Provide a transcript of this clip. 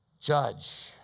judge